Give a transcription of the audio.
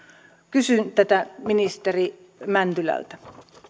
kysyn tätä ministeri mäntylältä